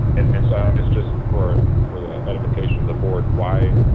and so on, just just for for the edification of the board, why